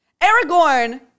Aragorn